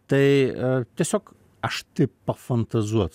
tai tiesiog aš taip pafantazuot